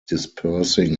dispersing